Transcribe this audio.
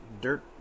dirt